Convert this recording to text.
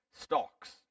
stocks